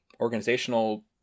organizational